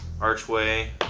archway